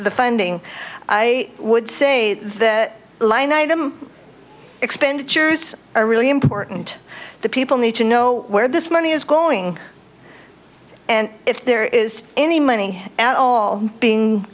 the funding i would say that line item expenditures are really important the people need to know where this money is going and if there is any money at all being